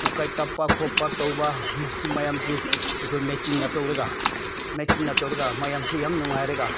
ꯎꯀꯥꯏ ꯇꯛꯄ ꯈꯣꯠꯄ ꯇꯧꯕ ꯃꯁꯤ ꯃꯌꯥꯝꯁꯤ ꯑꯩꯈꯣꯏ ꯃꯦꯆꯤꯟꯅ ꯇꯧꯔꯒ ꯃꯦꯆꯤꯟꯅ ꯇꯧꯔꯒ ꯃꯌꯥꯝꯁꯤ ꯌꯥꯝ ꯅꯨꯡꯉꯥꯏꯔꯒ